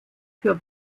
für